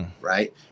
Right